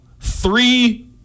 three